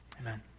amen